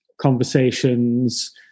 conversations